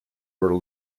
were